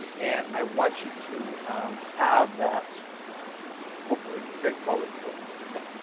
and i want you to have that hopefully straightforward for you. ok?